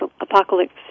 apocalypse